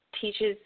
teaches